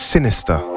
Sinister